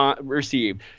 received